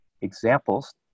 examples